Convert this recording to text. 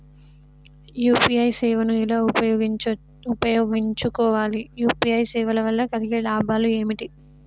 UPI సేవను ఎలా ఉపయోగించు కోవాలి? యూ.పీ.ఐ సేవల వల్ల కలిగే లాభాలు ఏమిటి?